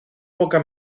poca